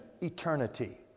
eternity